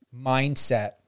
mindset